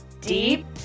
Deep